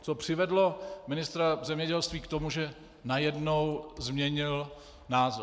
Co přivedlo ministra zemědělství k tomu, že najednou změnil názor.